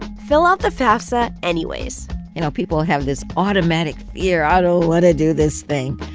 fill out the fafsa anyways you know, people have this automatic fear. i don't want to do this thing.